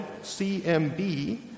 CMB